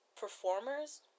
performers